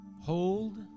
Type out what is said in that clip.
hold